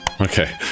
Okay